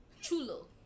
Chulo